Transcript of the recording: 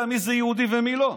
הוא גם יודע מי יהודי ומי לא.